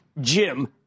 Jim